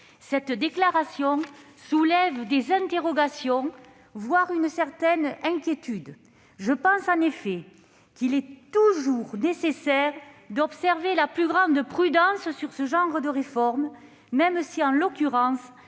Cette déclaration soulève des interrogations, voire suscite une certaine inquiétude. Il est en effet toujours nécessaire d'observer la plus grande prudence sur ce genre de réformes, même si, en l'occurrence,